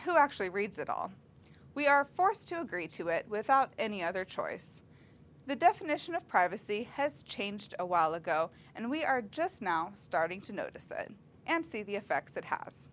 who actually reads it all we are forced to agree to it without any other choice the definition of privacy has changed a while ago and we are just now starting to notice it and see the effects of house